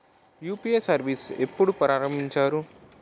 UPI service ఎప్పుడు ప్రారంభించారు?